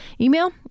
email